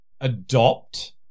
adopt